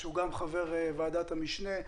שגם הוא חבר ועדת המשנה.